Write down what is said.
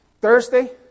Thursday